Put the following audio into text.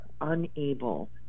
unable